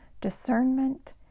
discernment